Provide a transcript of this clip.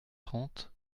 trente